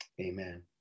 Amen